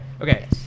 Okay